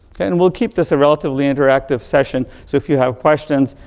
and we'll keep this a relatively interactive session, so if you have questions,